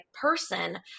person